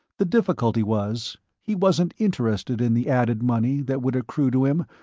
the difficulty was, he wasn't interested in the added money that would accrue to him,